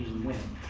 with